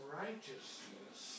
righteousness